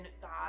god